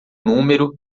número